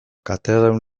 katedradun